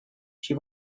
she